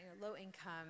low-income